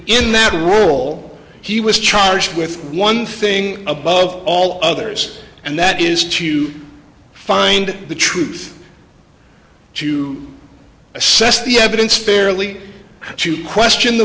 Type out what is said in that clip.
in that role he was charged with one thing above all others and that is to find the truth to assess the evidence fairly to question the